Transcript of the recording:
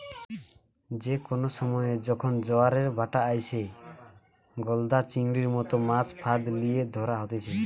যে কোনো সময়ে যখন জোয়ারের ভাঁটা আইসে, গলদা চিংড়ির মতো মাছ ফাঁদ লিয়ে ধরা হতিছে